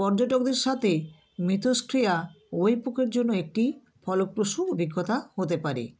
পর্যটকদের সাথে মিথষ্ক্রিয়া ওয়েপুকের জন্য একটি ফলপ্রসূ অভিজ্ঞতা হতে পারে